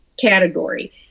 category